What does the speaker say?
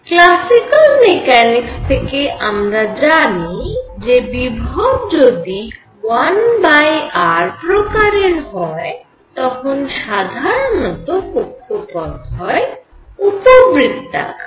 classical mechanics থেকে আমরা জানি যে বিভব যদি 1r প্রকারের হয় তখন সাধারণত কক্ষপথ হয় উপবৃত্তাকার